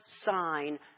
sign